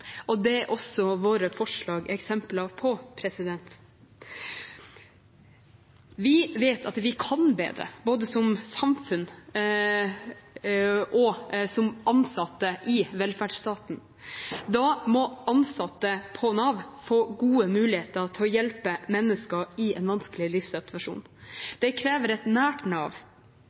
bedre. Det er også våre forslag eksempler på. Vi vet at vi kan bedre, både som samfunn og som ansatte i velferdsstaten. Da må ansatte på Nav få gode muligheter til å hjelpe mennesker i en vanskelig livssituasjon. Det krever et nært Nav,